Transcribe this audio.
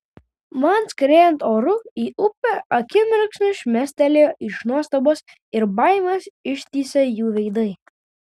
man skriejant oru į upę akimirksniui šmėstelėjo iš nuostabos ir baimės ištįsę jų veidai